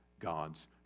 God's